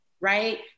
right